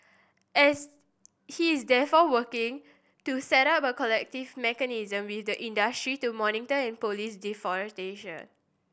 as he is therefore working to set up a collective mechanism with the industry to monitor and police deforestation